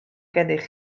gennych